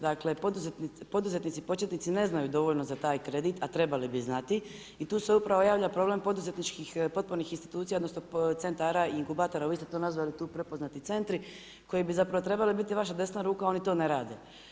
Dakle poduzetnici početnici ne znaju dovoljno za taj kredit, a trebali bi znati i tu se upravo javlja problem poduzetničkih potpunih institucija odnosno centara i inkubatora, vi ste to nazvali prepoznati centri, koji bi zapravo trebali biti vaša desna ruka, a oni to ne rade.